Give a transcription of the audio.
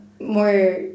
More